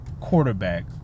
quarterback